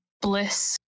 bliss